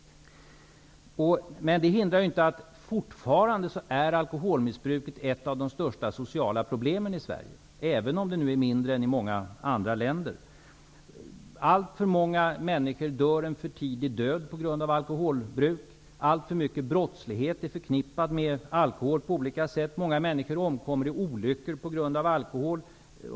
Men detta hindrar inte att alkoholmissbruket fortfarande är ett av de största sociala problemen i Sverige, även om det är mindre än i många andra länder. Alltför många människor dör en för tidig död på grund av alkoholbruk. Alltför mycket brottslighet är på olika sätt förknippad med alkohol. Många människor omkommer i olyckor på grund av alkohol.